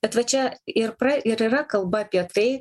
bet va čia ir pra ir yra kalba apie tai